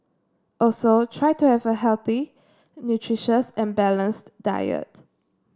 also try to have a healthy nutritious and balanced diet